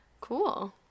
cool